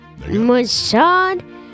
Mossad